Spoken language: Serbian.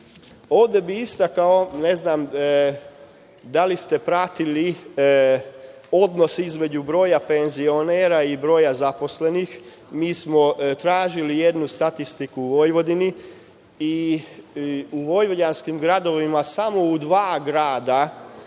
Ovde bi istakao, ne znam da li ste pratili, odnos između broja penzionera i broja zaposlenih. Mi smo tražili jednu statistiku u Vojvodini i u vojvođanskim gradovima, samo u dva grada